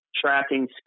tracking